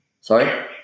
Sorry